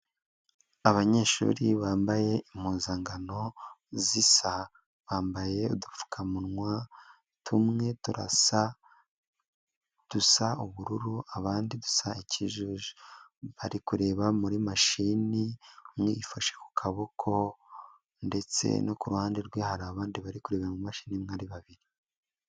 Abanyeshuri bambaye impuzankano zisa, bambaye udupfukamunwa tumwe turasa dusa ubururu abandi dusa ikijuju, bari kureba muri mashini umwe yifashe ku kaboko ndetse no ku ruhande rwe hari abandi bari kureba mu mashini imwe ari babiri.